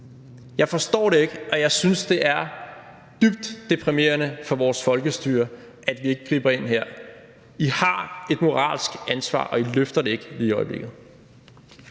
Jeg forstår det ikke, og jeg synes, det er dybt deprimerende for vores folkestyre, at vi ikke griber ind her. I har et moralsk ansvar, og I løfter det ikke lige i øjeblikket.